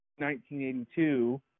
1982